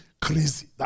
crazy